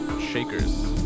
Shakers